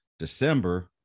December